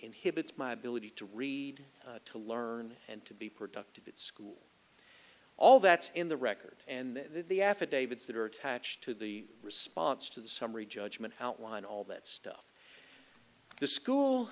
inhibits my ability to read to learn and to be productive at school all that's in the record and the affidavits that are attached to the response to the summary judgment outline all that stuff the school